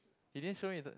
you didn't show me the